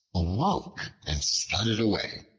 awoke and scudded away.